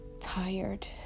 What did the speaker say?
Tired